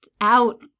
Out